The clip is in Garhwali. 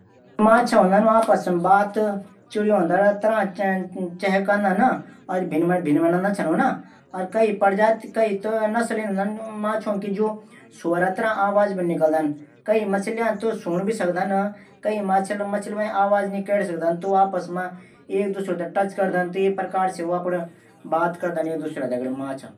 माछा जू आपस मा बात करदा ऊ चखलों तरआं चुंचायट करदन। और भिन भिन भी करदन। और प्रजाति त माछो इन हूदन कि सुअर तरआं आवाज भी निकल दन। कई माछा त सूण भी सकदन। कई माछा त आवाज नी कैरी सकदन त ऊ एक दूशर थै टच करदन। त ये प्रकार से ऊ बात करदन।